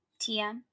TM